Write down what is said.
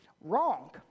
Wrong